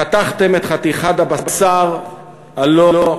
חתכתם את חתיכת הבשר הלא-נכונה.